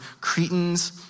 Cretans